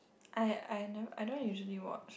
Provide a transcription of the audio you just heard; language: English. I I know I don't usually work